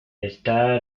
está